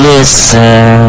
Listen